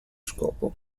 scopo